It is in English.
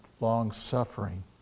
long-suffering